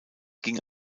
ging